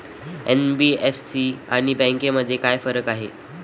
NBFC आणि बँकांमध्ये काय फरक आहे?